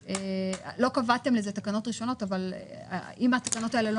לא קבעתם לזה תקנות ראשונות אבל אם התקנות האלה לא